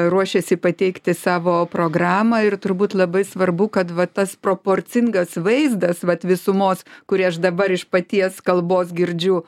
ruošiasi pateikti savo programą ir turbūt labai svarbu kad va tas proporcingas vaizdas vat visumos kurį aš dabar iš paties kalbos girdžiu